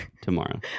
tomorrow